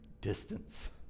distance